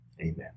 amen